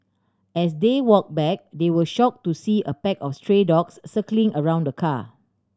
as they walked back they were shocked to see a pack of stray dogs circling around the car